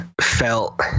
felt